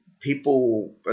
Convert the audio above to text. People